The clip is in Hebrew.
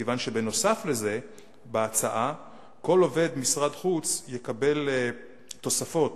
מכיוון שבנוסף לזה בהצעה כל עובד משרד החוץ יקבל תוספות